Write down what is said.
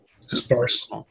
sparse